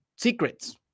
Secrets